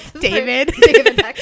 David